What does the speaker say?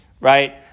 right